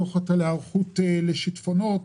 דוחות על היערכות לשיטפונות.